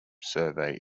survey